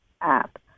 app